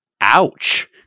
Ouch